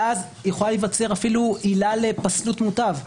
ואז יכולה להיווצר אפילו עילה לפסלות מותב,